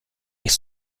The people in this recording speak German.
ich